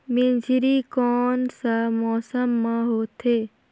मेझरी कोन सा मौसम मां होथे?